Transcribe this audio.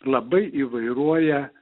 labai įvairuoja